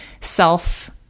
self